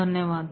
धन्यवाद